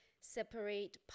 separate